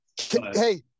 Hey